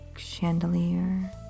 chandelier